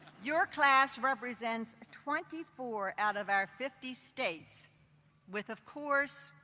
your class represents twenty four out of our fifty states with, of course,